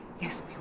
Yes